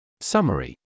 Summary